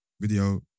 Video